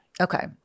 Okay